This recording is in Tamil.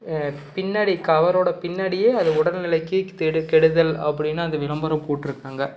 பின்னாடி கவரோடய பின்னாடியே அது உடல் நிலைக்கு கெடு கெடுதல் அப்படின்னு அந்த விளம்பரம் போட்டுருக்காங்க